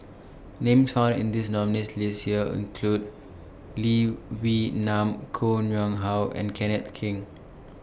Names found in This nominees' list This Year include Lee Wee Nam Koh Nguang How and Kenneth Keng